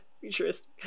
futuristic